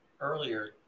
earlier